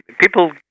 People